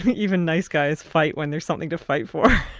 even nice guys fight when there's something to fight for.